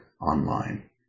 online